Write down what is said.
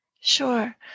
Sure